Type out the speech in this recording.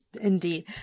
Indeed